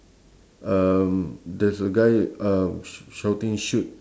um there's a guy uh sh~ shouting shoot